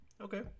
Okay